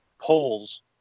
polls